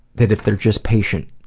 that if they are just patient,